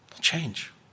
Change